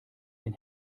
den